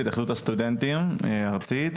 התאחדות הסטודנטים הארצית,